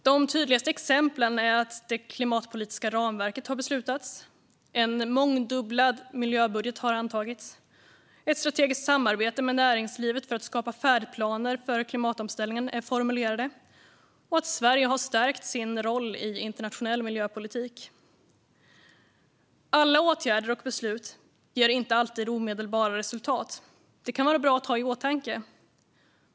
De tydligaste exemplen är att det klimatpolitiska ramverket har beslutats, att en mångdubblad miljöbudget har antagits, att ett strategiskt samarbete med näringslivet för att skapa färdplaner för klimatomställningen är formerat och att Sverige har stärkt sin roll i internationell miljöpolitik. Alla åtgärder och beslut ger inte alltid omedelbara resultat. Det kan vara bra att ha i åtanke.